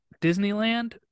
Disneyland